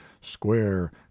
square